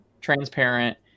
transparent